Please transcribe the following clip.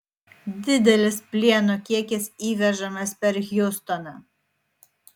didelis plieno kiekis įvežamas per hjustoną